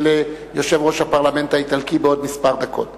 יושב-ראש הפרלמנט האיטלקי בעוד דקות אחדות.